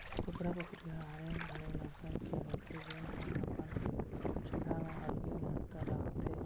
कुकरा कुकरी ह आने आने नसल के होथे जेन ह अपन जघा म अलगे महत्ता राखथे